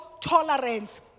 tolerance